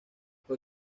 fue